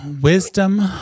Wisdom